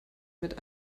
mit